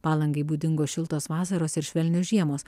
palangai būdingos šiltos vasaros ir švelnios žiemos